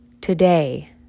today